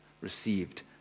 received